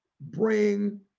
bring